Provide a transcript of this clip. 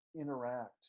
interact